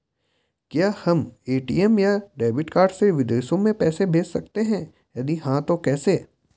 क्या हम ए.टी.एम या डेबिट कार्ड से विदेशों में पैसे भेज सकते हैं यदि हाँ तो कैसे?